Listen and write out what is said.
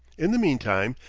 in the meantime,